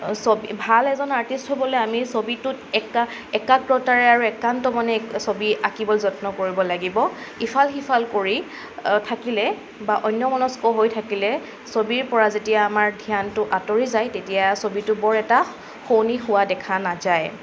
ছবি ভাল এজন আৰ্টিষ্ট হ'বলৈ আমি ছবিটোত একা একাগ্ৰতাৰে আৰু একান্তমনে ছবি আঁকিবলৈ যত্ন কৰিব লাগিব ইফাল সিফাল কৰি থাকিলে বা অন্যমনস্ক হৈ থাকিলে ছবিৰ পৰা যেতিয়া আমাৰ ধ্যানটো আঁতৰি যায় তেতিয়া ছবিটো বৰ এটা শুৱনি হোৱা দেখা নাযায়